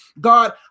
God